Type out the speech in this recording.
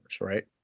right